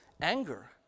anger